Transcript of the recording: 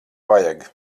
vajag